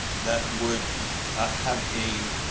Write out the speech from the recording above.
that would have a